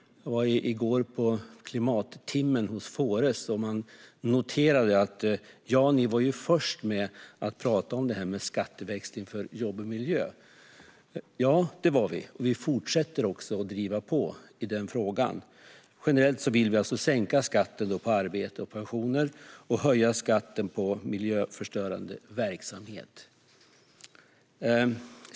Jag var i går på Klimattimmen hos Fores. Där noterade man att vi var först med att prata om detta med skatteväxling för jobb och miljö. Ja, vi var först, och vi fortsätter också att driva på i den frågan. Generellt vill vi sänka skatten på arbete och pensioner och höja skatten på miljöförstörande verksamhet.